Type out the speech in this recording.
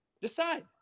Decide